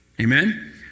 Amen